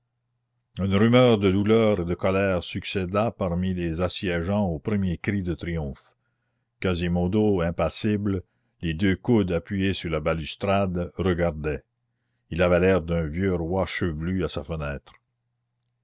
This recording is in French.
une rumeur de douleur et de colère succéda parmi les assiégeants aux premiers cris de triomphe quasimodo impassible les deux coudes appuyés sur la balustrade regardait il avait l'air d'un vieux roi chevelu à sa fenêtre